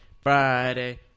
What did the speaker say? Friday